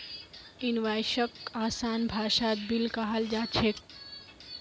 इनवॉइसक आसान भाषात बिल कहाल जा छेक